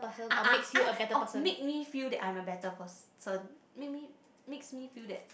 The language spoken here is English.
ah ah ah oh make me feel that I am a better person make me makes me feel that